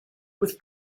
with